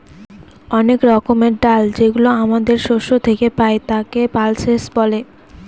অনেক রকমের ডাল যেগুলো আমাদের শস্য থেকে পাই, তাকে পালসেস বলে